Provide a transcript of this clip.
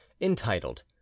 entitled